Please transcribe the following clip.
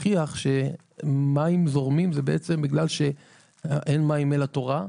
הוכיח שמים זורמים זה בעצם בגלל שאין מים אלא תורה.